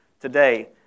today